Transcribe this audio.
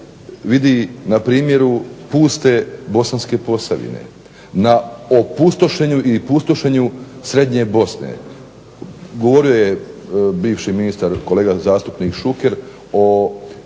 vidi na primjeru puste Bosanske posavine, na opustošenju srednje Bosne. Govorio je bivši ministar, kolega zastupnik Šuker o